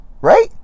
right